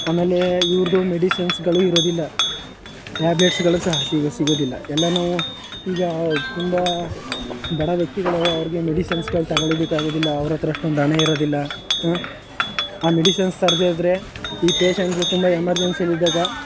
ಆಮೇಲೆ ಇವ್ರದ್ದು ಮೆಡಿಸಿನ್ಸ್ಗಳು ಇರೋದಿಲ್ಲ ಟ್ಯಾಬ್ಲೆಟ್ಸ್ಗಳು ಸಹ ಸಿಗ್ ಸಿಗೋದಿಲ್ಲ ಎಲ್ಲ ನಾವು ಈಗ ತುಂಬ ಬಡ ವ್ಯಕ್ತಿಗಳು ಅವ್ರಿಗೆ ಮೆಡಿಸಿನ್ಸ್ಗಳು ತಗೊಳ್ಳೋದಕ್ಕಾಗೋದಿಲ್ಲ ಅವ್ರ ಹತ್ರ ಅಷ್ಟೊಂದು ಹಣ ಇರೋದಿಲ್ಲ ಆ ಮೆಡಿಸಿನ್ಸ್ ತರದೇ ಇದ್ದರೆ ಈ ಪೇಶಂಟ್ಸ್ ತುಂಬ ಎಮರ್ಜೆನ್ಸಿಲಿ ಇದ್ದಾಗ